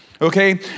Okay